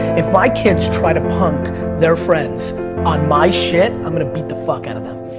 if my kids try to punk their friends on my shit, i'm gonna beat the fuck out of them.